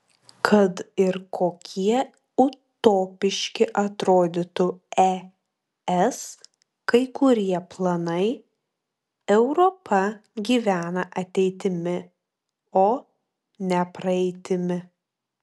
kad ir kokie utopiški atrodytų es kai kurie planai europa gyvena ateitimi o ne praeitimi